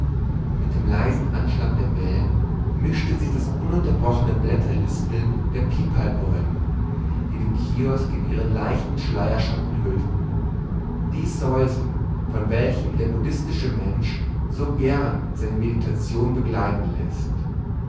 mit dem leisen anschlag der wellen mischte sich das ununterbrochene blätterlispeln der pipalbäume die den kiosk in ihren leichten schleierschatten hüllten dies säuseln von welchem der buddhistische mensch so gern seine meditation begleiten läßt